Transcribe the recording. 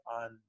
on